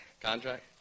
Contract